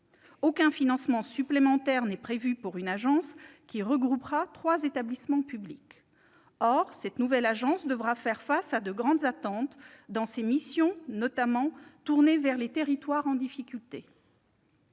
Aucun financement supplémentaire n'est prévu pour une agence qui regroupera trois établissements publics. Or cette nouvelle agence devra faire face à de grandes attentes, ses missions étant notamment tournées vers les territoires en difficulté.